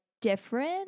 different